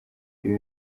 ibi